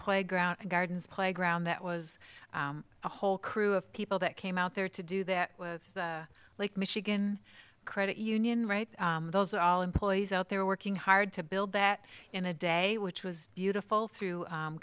playground gardens playground that was a whole crew of people that came out there to do that lake michigan credit union right those are all employees out there working hard to build that in a day which was beautiful through